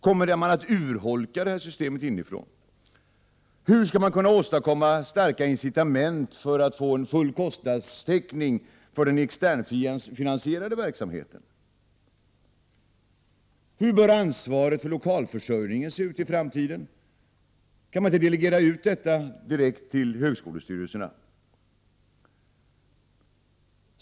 Kommer man att urholka det systemet inifrån? Hur skall man kunna åstadkomma starka incitament för att få en full kostnadstäckning för den externfinansierade verksamheten? Hur bör ansvaret för lokalförsörjningen se ut i framtiden? Kan inte detta delegeras direkt ut till högskolestyrelserna?